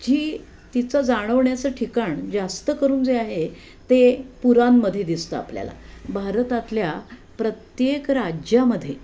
ही तिचं जाणवण्याचं ठिकाण जास्त करून जे आहे ते पुरांमध्ये दिसतं आपल्याला भारतातल्या प्रत्येक राज्यामध्ये